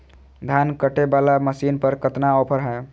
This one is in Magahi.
धान कटे बाला मसीन पर कतना ऑफर हाय?